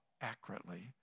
accurately